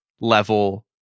level